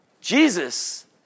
Jesus